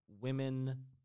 women